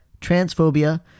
transphobia